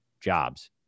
jobs